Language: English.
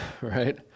right